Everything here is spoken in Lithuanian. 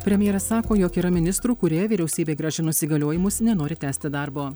premjeras sako jog yra ministrų kurie vyriausybei grąžinus įgaliojimus nenori tęsti darbo